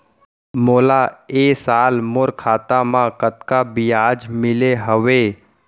मोला ए साल मोर खाता म कतका ब्याज मिले हवये?